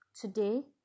Today